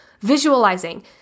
Visualizing